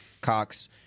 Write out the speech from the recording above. Cox